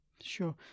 sure